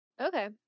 Okay